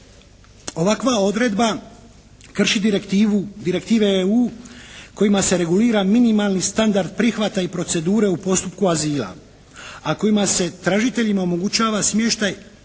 Ovakva odredba krši direktive EU kojima se regulira minimalni standard prihvata i procedure u postupku azila, a kojima se tražiteljima omogućava smještaj